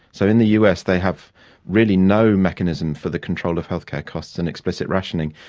so in the us they have really no mechanism for the control of healthcare costs and explicit rationing,